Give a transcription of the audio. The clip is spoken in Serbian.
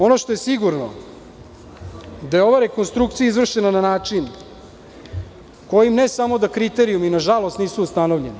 Ono što je sigurno da je ova rekonstrukcija izvršena na način koji ne samo da kriterijumi, nažalost, nisu ustanovljeni.